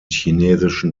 chinesischen